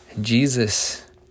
Jesus